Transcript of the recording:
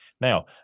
Now